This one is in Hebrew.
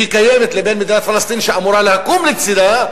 שהיא קיימת ומדינת פלסטין שאמורה לקום לצדה,